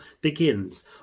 begins